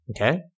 Okay